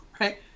right